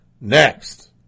next